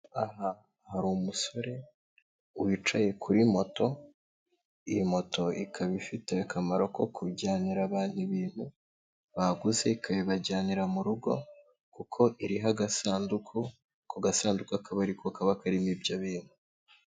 Aha hari umusore wicaye kuri moto, iyi moto ikaba ifite akamaro ko kujyanira abantu ibintu baguze ikabibajyanira mu rugo, kuko iriho agasanduku, ako gasanduku akaba ariko kaba karimo ibyo bintu.